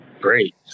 great